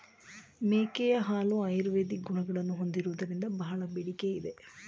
ಮೇಕೆಯ ಹಾಲು ಆಯುರ್ವೇದಿಕ್ ಗುಣಗಳನ್ನು ಹೊಂದಿರುವುದರಿಂದ ಬಹಳ ಬೇಡಿಕೆ ಇದೆ